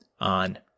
on